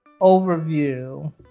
Overview